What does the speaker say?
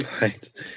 Right